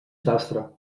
sastre